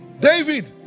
david